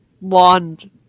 wand